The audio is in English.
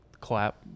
clap